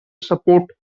support